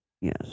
Yes